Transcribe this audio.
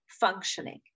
functioning